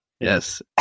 Yes